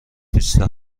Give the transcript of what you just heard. بیست